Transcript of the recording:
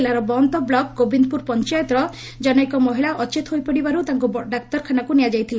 ଜିଲ୍ଲାର ବଅନ୍ତ ବ୍ଲକ ଗୋବିନ୍ଦପୁର ପଞ୍ଚାୟତର ଜନୈକ ମହିଳା ଅଚେତ ହୋଇପଡ଼ିବାରୁ ତାଙ୍କୁ ଡାକ୍ତରଖାନାକୁ ନିଆଯାଇଥିଲା